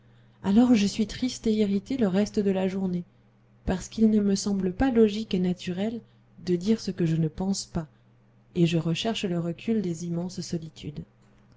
alors je suis triste et irrité le reste de la journée parce qu'il ne me semble pas logique et naturel de dire ce que je ne pense pas et je recherche le recul des immenses solitudes